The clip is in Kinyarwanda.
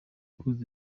kuzuza